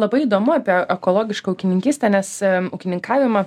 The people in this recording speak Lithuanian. labai įdomu apie ekologišką ūkininkystę nes ūkininkavimą